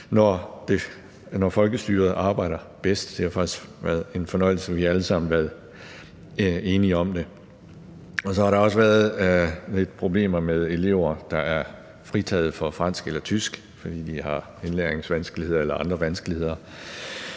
er faktisk en fornøjelse: Vi har alle sammen været enige om det. Så har der også været lidt problemer med elever, der er fritaget for fransk eller tysk, fordi de har indlæringsvanskeligheder eller andre vanskeligheder.